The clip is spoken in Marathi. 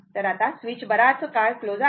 तर आता स्विच बराच काळ क्लोज आहे